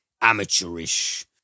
amateurish